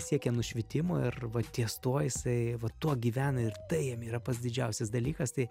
siekia nušvitimo ir va ties tuo jisai va tuo gyvena ir tai jam yra pats didžiausias dalykas tai